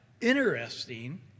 interesting